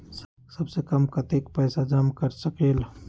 सबसे कम कतेक पैसा जमा कर सकेल?